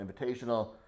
Invitational